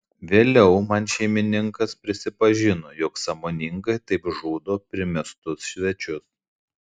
vėliau man šeimininkas prisipažino jog sąmoningai taip žudo primestus svečius